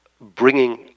bringing